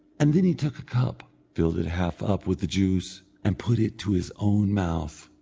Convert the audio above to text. and then he took a cup, filled it half up with the juice, and put it to his own mouth.